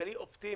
כלכלי אופטימי,